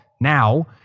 now